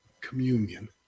communion